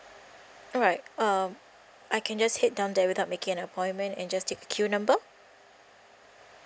alright um I can just head down there without making an appointment and just take a queue number